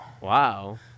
Wow